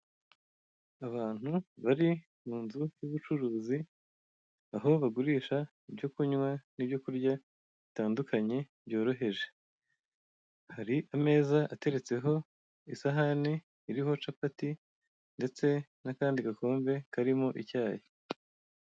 Abantu bari mu nzu y'ubucuruzi aho bagurisha ibyo kunywa n'ibyo kurya bitandukanye byoroheje, hari ameza ataretseho isahani iriho capati ndetse n'akandi gakombe karimo icyayi.